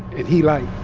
and he like,